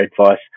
advice